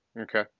Okay